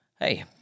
Hey